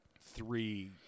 three